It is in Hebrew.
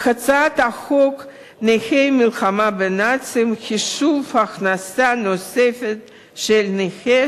והצעת חוק נכי המלחמה בנאצים (חישוב הכנסה נוספת של נכה),